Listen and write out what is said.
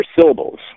syllables